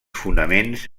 fonaments